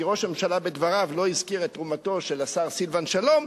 כי ראש הממשלה בדבריו לא הזכיר את תרומתו של השר סילבן שלום,